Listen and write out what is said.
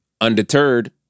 Undeterred